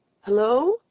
Hello